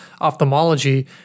ophthalmology